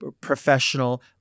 professional